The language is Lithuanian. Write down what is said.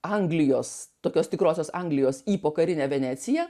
anglijos tokios tikrosios anglijos į pokarinę veneciją